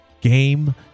game